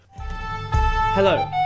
Hello